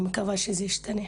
ואני מקווה שזה ישתנה.